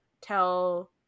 tell